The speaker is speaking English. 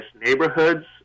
neighborhoods